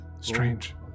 Strange